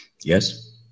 yes